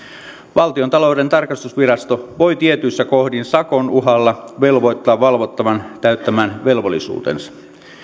valtiontalouden tarkastusvirasto voi tietyissä kohdin sakon uhalla velvoittaa valvottavan täyttämään velvollisuutensa